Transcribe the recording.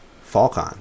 Falcon